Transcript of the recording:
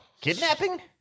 Kidnapping